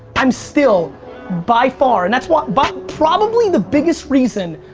i'm still by far, and that's what, but probably the biggest reason,